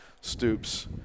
Stoops